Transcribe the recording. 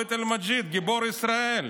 גיבור ישראל,